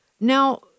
Now